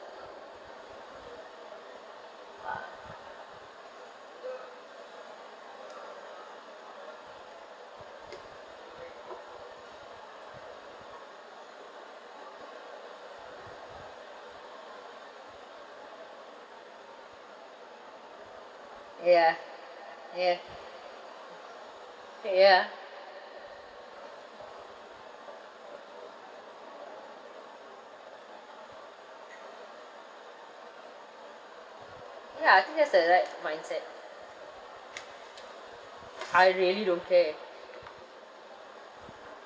ah ya ya ya ya I think that's the right mindset I really don't care